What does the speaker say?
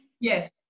yes